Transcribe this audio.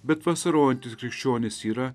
bet vasarojantis krikščionis yra